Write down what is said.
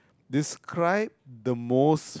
describe the most